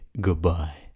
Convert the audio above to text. goodbye